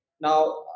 now